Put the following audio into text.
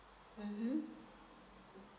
mmhmm